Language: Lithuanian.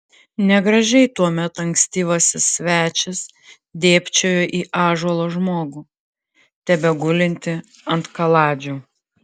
negražiai tuomet ankstyvasis svečias dėbčiojo į ąžuolo žmogų tebegulintį ant kaladžių